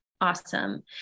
Awesome